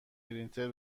پرینتر